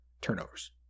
turnovers